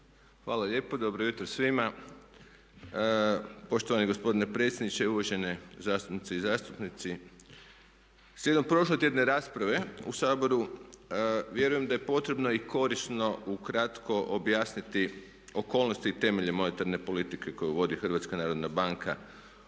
Hvala lijepo. Dobro jutro svima. Poštovani gospodine predsjedniče, uvažene zastupnice i zastupnici slijedom prošlotjedne rasprave u Saboru vjerujem da je potrebno i korisno ukratko objasniti okolnosti i temelje monetarne politike koju vodi HNB u cilju održavanja